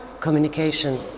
communication